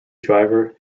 driver